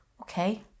Okay